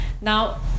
Now